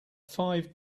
five